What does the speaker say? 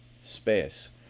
space